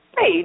Hey